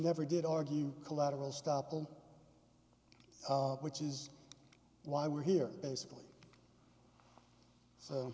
never did argue collateral stoppel which is why we're here basically so